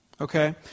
Okay